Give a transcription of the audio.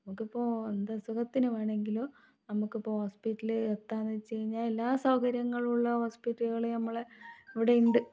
നമുക്കിപ്പോൾ എന്ത് അസുഖത്തിന് വേണമെങ്കിലും നമുക്കിപ്പോൾ ഹോസ്പിറ്റൽ എത്താമെന്ന് വെച്ച് കഴിഞ്ഞാൽ എല്ലാ സൗകര്യങ്ങളും ഉള്ള ഹോസ്പിറ്റലുകൾ ഞമ്മളെ ഇവിടെയുണ്ട്